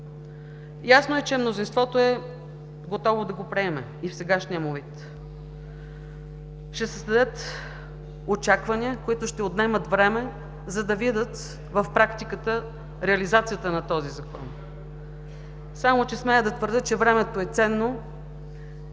Ясно е, че мнозинството е готово да го приеме и в сегашния му вид. Ще се следят очаквания, които ще отнемат време, за да видят в практиката реализацията на този Закон, само че смея да твърдя, че времето е ценно